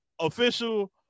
official